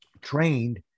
trained